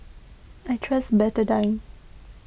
I trust Betadine